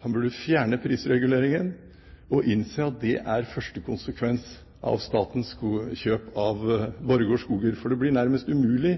Han burde fjerne prisreguleringen og innse at det er første konsekvens av statens kjøp av Borregaard Skoger. For det blir nærmest umulig